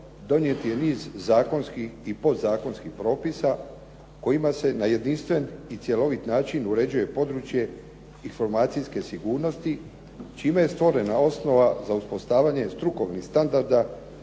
donijet je niz zakonskih i podzakonskih propisa kojima se na jedinstven i cjelovit način uređuje područje informacijske sigurnosti čime je stvorena osnova za uspostavljanje strukovnih standarda